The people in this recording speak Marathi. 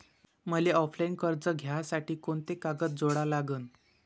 मले ऑफलाईन कर्ज घ्यासाठी कोंते कागद जोडा लागन?